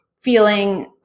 feeling